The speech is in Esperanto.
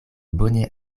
bone